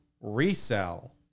resell